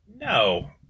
No